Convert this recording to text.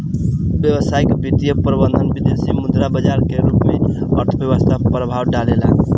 व्यावसायिक वित्तीय प्रबंधन विदेसी मुद्रा बाजार के रूप में अर्थव्यस्था पर प्रभाव डालेला